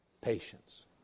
Patience